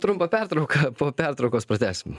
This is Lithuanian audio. trumpą pertrauką po pertraukos pratęsim